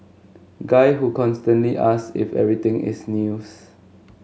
guy who constantly asks if everything is news